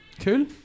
Cool